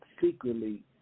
secretly